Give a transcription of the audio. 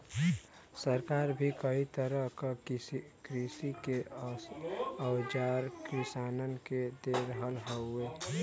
सरकार भी कई तरह क कृषि के औजार किसानन के दे रहल हौ